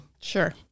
sure